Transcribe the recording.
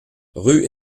rue